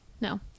no